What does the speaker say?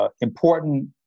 important